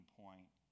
point